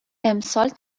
امسال